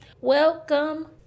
welcome